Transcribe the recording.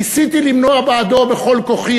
ניסיתי למנוע בעדו בכל כוחי,